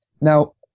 Now